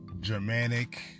Germanic